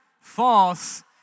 False